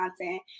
content